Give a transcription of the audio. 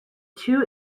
two